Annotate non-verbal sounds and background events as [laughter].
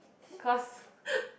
cause [breath]